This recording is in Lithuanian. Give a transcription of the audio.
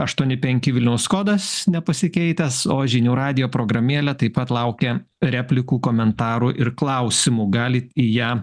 aštuoni penki vilniaus kodas nepasikeitęs o žinių radijo programėlė taip pat laukia replikų komentarų ir klausimų galit į ją